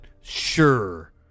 Sure